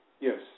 Yes